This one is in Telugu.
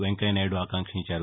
వెంకయ్యనాయుడు ఆకాంక్షించారు